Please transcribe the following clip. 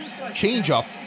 Changeup